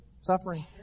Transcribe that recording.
Suffering